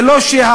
זה לא שהערבים,